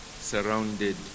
surrounded